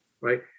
right